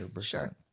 Sure